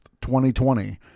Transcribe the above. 2020